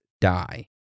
die